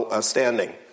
standing